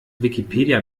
wikipedia